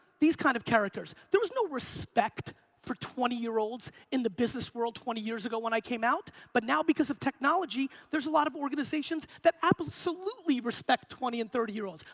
these kind of characters there was no respect for twenty year olds in the business world twenty years ago when i came out, but now, because of technology, there's a lot of organizations that absolutely respect twenty and thirty year olds.